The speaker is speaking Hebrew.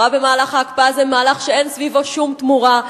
רואה במהלך ההקפאה הזה מהלך שאין סביבו שום תמורה.